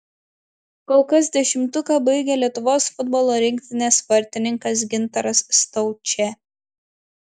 kol kas dešimtuką baigia lietuvos futbolo rinktinės vartininkas gintaras staučė